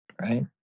right